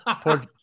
Poor